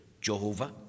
Jehovah